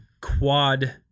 quad